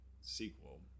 sequel